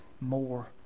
more